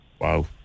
wow